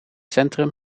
centrum